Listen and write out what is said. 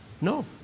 No